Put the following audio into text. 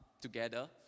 together